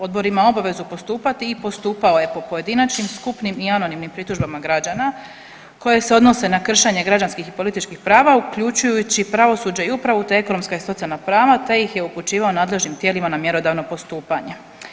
Odbor ima obavezu postupati i postupao je po pojedinačnim, skupnim i anonimnim pritužbama građana koje se odnose na kršenje građanskih i političkih prava uključujući pravosuđe i upravu te ekonomska i socijalna prave te ih je upućivao nadležnim tijelima na mjerodavno postupanje.